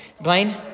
Blaine